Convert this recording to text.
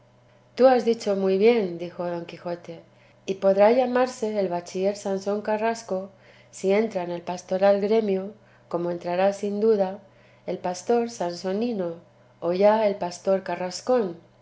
tú has dicho muy bien dijo don quijote y podrá llamarse el bachiller sansón carrasco si entra en el pastoral gremio como entrará sin duda el pastor sansonino o ya el pastor carrascón el